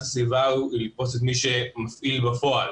הסביבה היא לתפוס את מי שמפעיל בפועל